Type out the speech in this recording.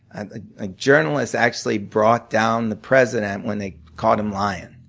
ah a journalist actually brought down the president when they caught him lying.